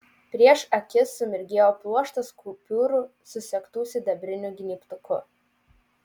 prieš akis sumirgėjo pluoštas kupiūrų susegtų sidabriniu gnybtuku